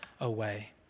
away